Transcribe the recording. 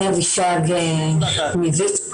אני אבישג מויצ"ו.